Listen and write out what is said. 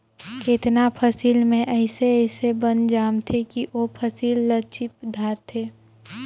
केतनो फसिल में अइसे अइसे बन जामथें कि ओ फसिल ल चीप धारथे